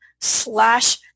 slash